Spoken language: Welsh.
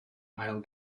ail